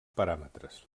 paràmetres